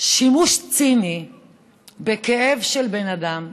שימוש ציני בכאב של בן אדם,